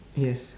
yes